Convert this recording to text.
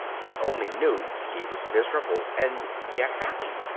he only knew he was miserable, and yet happy.